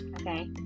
okay